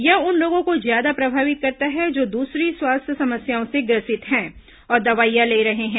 यह उन लोगों को ज्यादा प्रभावित करता जो दूसरी स्वास्थ्य समस्याओं से ग्रसित है और दवाइयां ले रहे हैं